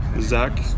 Zach